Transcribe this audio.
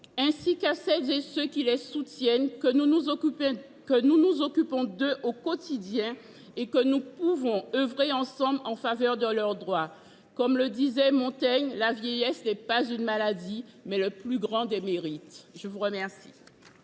ainsi qu’à celles et ceux qui les soutiennent que nous nous occupons d’eux au quotidien et que nous pouvons œuvrer ensemble en faveur de leurs droits. Comme le disait Montaigne, « la vieillesse n’est pas une maladie, mais le plus grand des mérites ». La parole